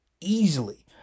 easily